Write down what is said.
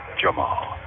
Jamal